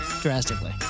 drastically